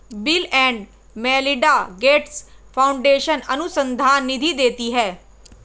bill and Melinda Gates foundation अनुसंधान निधि देती है